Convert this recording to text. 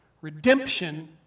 redemption